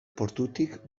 portutik